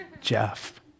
Jeff